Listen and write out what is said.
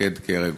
שתתפקד כרגולטור?